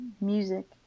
music